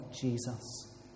Jesus